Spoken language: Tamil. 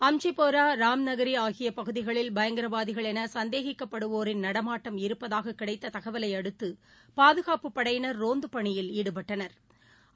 அம்ஷிப்போரா ராம்நகரி ஆகிய பகுதிகளில் பயங்கரவாதிகள் என சந்தேகிக்கப்படுவோரின் நடமாட்டம் இருப்பதாகக் கிடைத்த தகவலை அடுத்து பாதுகாப்புப் படையினா் ரோந்து பணியில் ஈடுபட்டனா்